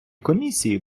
комісії